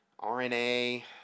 RNA